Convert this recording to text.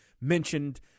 mentioned